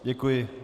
Děkuji.